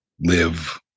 live